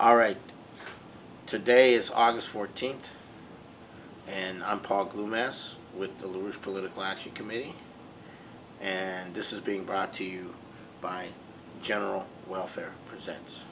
all right today is august fourteenth and i'm paul glue mess with the lewis political action committee and this is being brought to you by general welfare percents